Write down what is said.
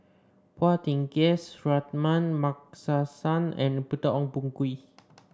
Phua Thin Kiay Suratman Markasan and Peter Ong Boon Kwee